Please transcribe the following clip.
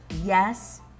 Yes